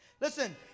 Listen